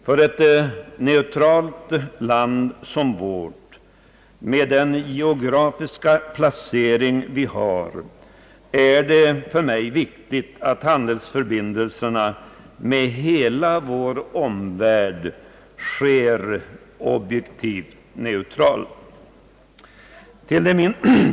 För ett neutralt land som vårt med vår geografiska placering anser jag det viktigt att handelsförbindelserna med hela vår omvärld sker objektivt neutralt.